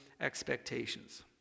expectations